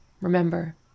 Remember